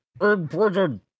Important